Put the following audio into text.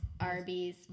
Arby's